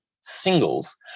singles